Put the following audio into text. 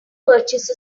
purchase